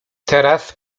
teraz